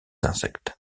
insectes